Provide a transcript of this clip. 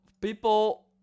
people